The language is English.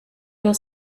your